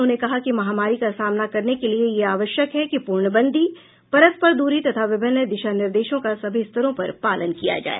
उन्होंने कहा कि महामारी का सामना करने के लिए यह आवश्यक है कि पूर्णबंदी परस्पर दूरी तथा विभिन्न दिशा निर्देशों का सभी स्तरों पर पालन किया जाए